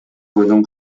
бойдон